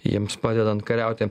jiems padedant kariauti